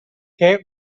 què